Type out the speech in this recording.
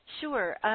Sure